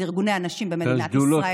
אלו ארגוני הנשים במדינת ישראל.